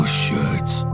shirts